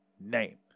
name